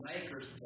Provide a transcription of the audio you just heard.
makers